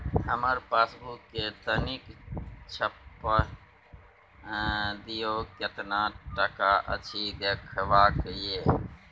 हमर पासबुक के तनिक छाय्प दियो, केतना टका अछि देखबाक ये?